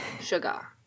sugar